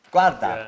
Guarda